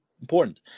important